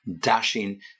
dashing